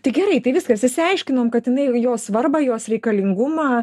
tai gerai tai viskas išsiaiškinom kad jinai jos svarbą jos reikalingumą